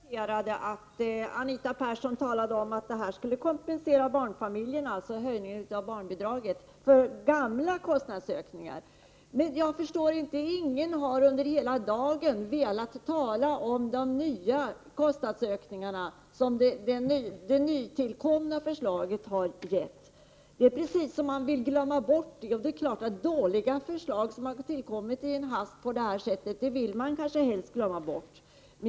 Fru talman! Även jag konstaterade att Anita Persson talade om att höjningen av barnbidraget skulle kompensera barnfamiljerna för gamla kostnadsökningar. Men ingen har under hela dagen velat tala om de kostnadsökningar som har tillkommit i och med det nya förslaget. Det är precis som att man vill glömma bort dem. Dåliga förslag som har tillkommit i en hast på detta vis vill man kanske helst glömma bort.